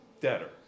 debtor